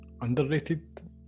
underrated